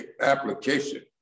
application